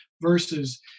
versus